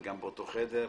גם באותו חדר,